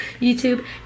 youtube